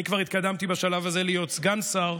אני כבר התקדמתי בשלב הזה להיות סגן שר,